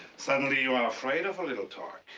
suddenly, you are afraid of a little talk.